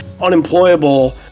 unemployable